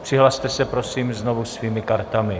Přihlaste se prosím znovu svými kartami.